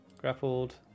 Grappled